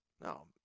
No